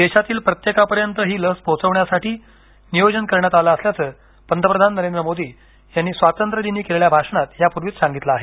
देशातील प्रत्येकापर्यंत ही लस पोहोचवण्यासाठी नियोजन करण्यात आलं असल्याचं पंतप्रधान नरेंद्र मोदी यांनी स्वातंत्र्य दिनी केलेल्या भाषणात यापूर्वीच सांगितलं आहे